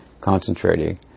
concentrating